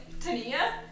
Tania